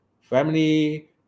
family